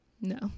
no